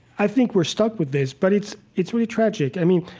i think we're stuck with this, but it's it's really tragic. i mean,